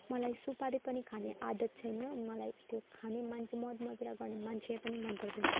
मलाई सुपारी पनि खाने आदत छैन मलाई त्यो खाने मान्छे मद मदिरा गर्ने मान्छे पनि मनपर्दैन